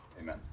Amen